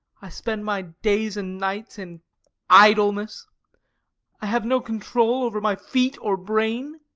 i spend my days and nights in idleness i have no control over my feet or brain.